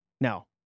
Now